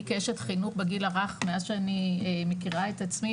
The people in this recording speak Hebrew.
אני כאשת חינוך בגיל הרך מאז שאני מכירה את עצמי,